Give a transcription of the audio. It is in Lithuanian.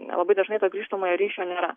nelabai dažnai to grįžtamojo ryšio nėra